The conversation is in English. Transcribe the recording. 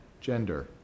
gender